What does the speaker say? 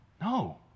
No